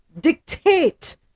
dictate